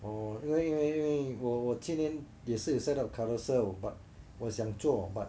哦因为因为因为我我今天也是 set up Carousell but 我想做 but